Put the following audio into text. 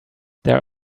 there